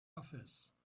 office